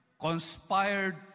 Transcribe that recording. conspired